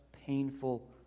painful